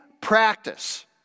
practice